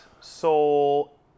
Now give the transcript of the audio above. Seoul